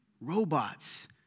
robots